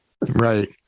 Right